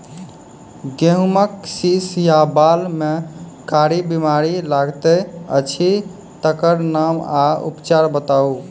गेहूँमक शीश या बाल म कारी बीमारी लागतै अछि तकर नाम आ उपचार बताउ?